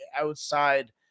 outside